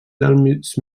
dels